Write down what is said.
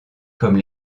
comme